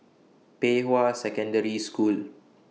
Pei Hwa Secondary School